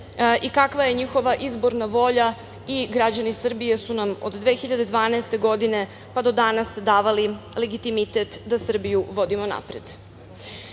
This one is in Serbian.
i kakva je njihova izborna volja i građani Srbije su nam od 2012. godine pa do danas davali legitimitet da Srbiju vodimo napred. Kao